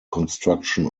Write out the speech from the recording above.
construction